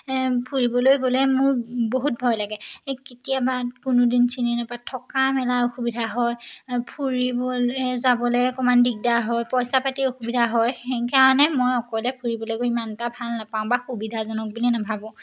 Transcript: ফুৰিবলৈ গ'লে মোৰ বহুত ভয় লাগে কেতিয়াবা কোনোদিন চিনি নোপোৱা থকা মেলা অসুবিধা হয় ফুৰিবলে যাবলে অকমান দিগদাৰ হয় পইচা পাতিৰ অসুবিধা হয় সেইকাৰণে মই অকলে ফুৰিবলৈ গৈ ইমান এটা ভাল নাপাওঁ বা সুবিধাজনক বুলি নাভাবোঁ